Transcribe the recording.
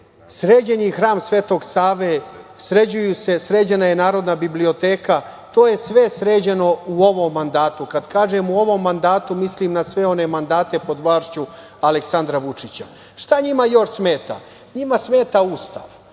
sređene je hram Svetog Save, sređena je Narodna biblioteka. To je sve sređeno u ovom mandatu. Kada kažem u ovom mandatu, mislim na sve one mandate pod vlašću Aleksandra Vučića. Šta njima smeta? Njima smeta Ustav,